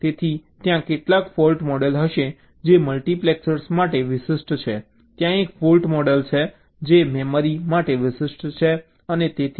તેથી ત્યાં કેટલાક ફૉલ્ટ મોડેલ હશે જે મલ્ટિપ્લેક્સર માટે વિશિષ્ટ છે ત્યાં એક ફૉલ્ટ મોડેલ છે જે મેમરી માટે વિશિષ્ટ છે અને તેથી વધુ